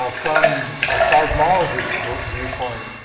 ah from a seismologist viewpoint,